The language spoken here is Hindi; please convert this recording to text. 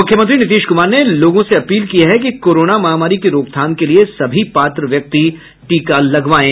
मुख्यमंत्री नीतीश कुमार ने लोगों से अपील की है कि कोरोना महामारी की रोकथाम के लिए सभी पात्र व्यक्ति टीका लगवायें